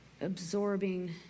absorbing